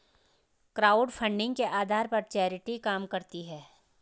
crowdfunding के आधार पर चैरिटी काम करती है